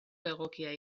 egokia